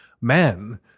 men